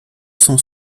cent